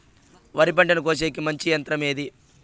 వరి పంటను కోసేకి మంచి యంత్రం ఏది?